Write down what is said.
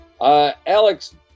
Alex